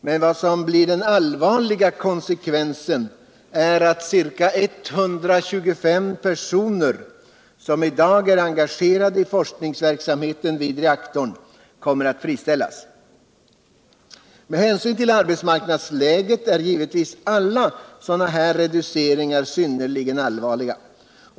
Men den allvarliga konsekvensen blir att ca 125 personer, som i dag är engagerade i torskningsverksamheten vid reaktorn, kommer att friställas. Men hänsyn ull arbetsmarknadsläget är givetvis alla sådana här reduceringar synnerligen allvarliga.